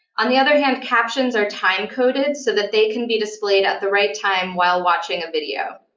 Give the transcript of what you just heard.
on the other hand, captions are time-coded so that they can be displayed at the right time while watching a video.